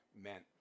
Meant